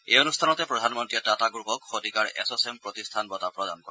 এই অনুষ্ঠানতে প্ৰধানমন্ত্ৰীয়ে টাটা গ্ৰুপক শতিকাৰ এছ চেম প্ৰতিষ্ঠান বঁটা প্ৰদান কৰে